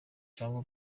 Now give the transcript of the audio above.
cyangwa